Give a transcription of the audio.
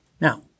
Now